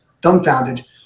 dumbfounded